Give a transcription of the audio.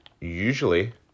usually